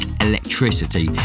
Electricity